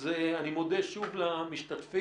אז אני מודה שוב למשתתפים.